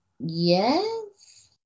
Yes